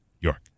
York